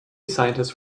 scientists